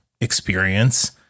experience